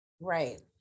Right